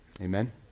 Amen